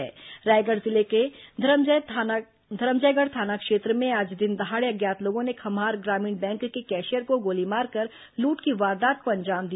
रायगढ़ जिले के धरमजयगढ़ थाना क्षेत्र में आज दिनदहाड़े अज्ञात लोगों ने खम्हार ग्रामीण बैंक के कैशियर को गोली मारकर लूट की वारदात को अंजाम दिया